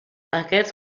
aquests